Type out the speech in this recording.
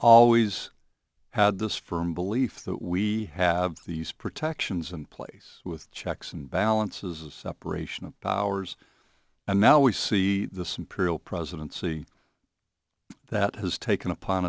always had this firm belief that we have these protections in place with checks and balances of separation of powers and now we see this imperial presidency that has taken upon